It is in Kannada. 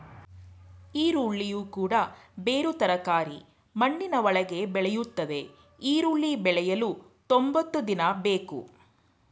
ಈರುಳ್ಳಿಯು ಕೂಡ ಬೇರು ತರಕಾರಿ ಮಣ್ಣಿನ ಒಳಗೆ ಬೆಳೆಯುತ್ತದೆ ಈರುಳ್ಳಿ ಬೆಳೆಯಲು ತೊಂಬತ್ತು ದಿನ ಬೇಕು